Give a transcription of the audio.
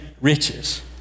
riches